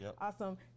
awesome